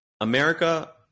America